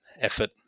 effort